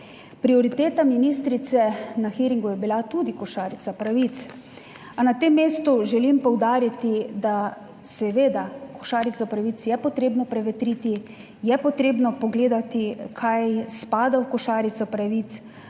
Prioriteta ministrice na hearingu je bila tudi košarica pravic a na tem mestu želim poudariti, da seveda košarico pravic je potrebno prevetriti, je potrebno pogledati kaj spada v košarico pravic,